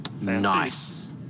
Nice